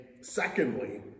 secondly